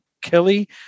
Kelly